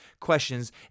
questions